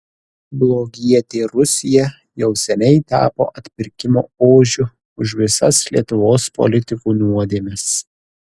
blogietė rusija jau seniai tapo atpirkimo ožiu už visas lietuvos politikų nuodėmes